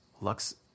Lux